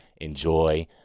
Enjoy